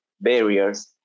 barriers